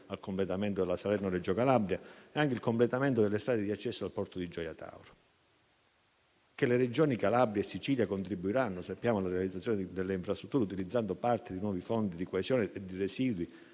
al completamento della Salerno-Reggio Calabria e anche il completamento delle strade di accesso al porto di Gioia Tauro. Sappiamo inoltre che le Regioni Calabria e Sicilia contribuiranno alla realizzazione delle infrastrutture utilizzando parte dei nuovi fondi di coesione e dei residui